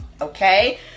Okay